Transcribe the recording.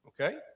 Okay